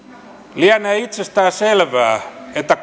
lienee itsestään selvää että